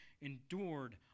endured